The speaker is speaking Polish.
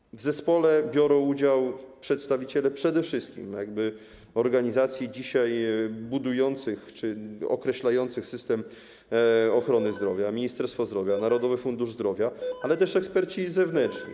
W pracach zespołu biorą udział przedstawiciele przede wszystkim organizacji dzisiaj budujących czy określających system ochrony zdrowia: Ministerstwa Zdrowia, Narodowego Funduszu Zdrowia, ale też eksperci zewnętrzni.